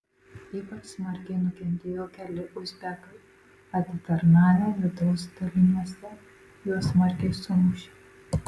ypač smarkiai nukentėjo keli uzbekai atitarnavę vidaus daliniuose juos smarkiai sumušė